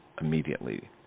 immediately